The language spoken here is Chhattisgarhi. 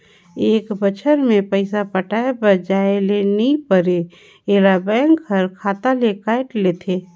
ए बच्छर के पइसा पटाये बर जाये ले नई परे ऐला बेंक हर खाता ले कायट लेथे